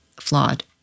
flawed